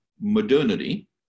modernity